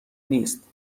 نیست